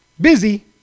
Busy